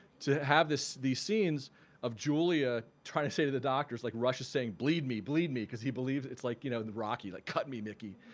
to have this these scenes of julia trying to say to the doctors like rush is saying, bleed me, bleed me, because he believes it's like you know the rocky like cut me, mickey